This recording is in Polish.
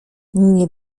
nie